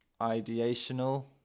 ideational